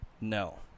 No